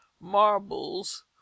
Marbles